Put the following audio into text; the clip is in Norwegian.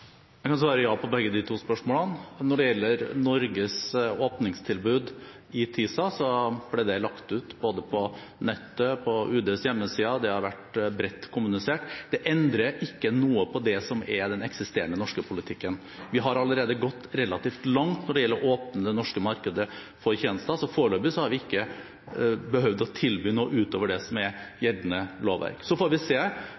Jeg kan svare ja på begge de to spørsmålene. Når det gjelder Norges åpningstilbud i TISA, ble det lagt ut på Internett, på UDs hjemmesider, og det har vært bredt kommunisert. Det endrer ikke noe på det som er den eksisterende norske politikken. Vi har allerede gått relativt langt når det gjelder å åpne det norske markedet for tjenester, så foreløpig har vi ikke behøvd å tilby noe utover det som er gjeldende lovverk. Så får vi se